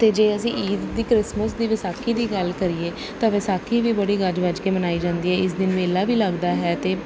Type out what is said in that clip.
ਅਤੇ ਜੇ ਅਸੀਂ ਈਦ ਦੀ ਕ੍ਰਿਸਮਸ ਦੀ ਵਿਸਾਖੀ ਦੀ ਗੱਲ ਕਰੀਏ ਤਾਂ ਵਿਸਾਖੀ ਵੀ ਬੜੀ ਗੱਜ ਵੱਜ ਕੇ ਮਨਾਈ ਜਾਂਦੀ ਹੈ ਇਸ ਦਿਨ ਮੇਲਾ ਵੀ ਲੱਗਦਾ ਹੈ ਅਤੇ